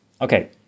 Okay